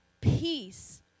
peace